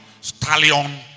stallion